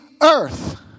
earth